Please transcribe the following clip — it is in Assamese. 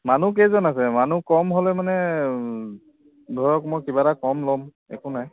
মানুহ কেইজন আছে মানুহ কম হ'লে মানে ধৰক মই কিবা এটা কম ল'ম একো নাই